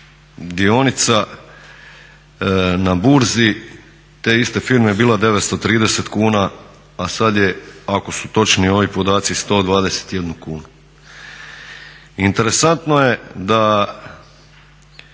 dionica na burzi te iste firme bila 930 kuna, a sad je ako su točni ovi podaci 121 kunu. Interesantno je da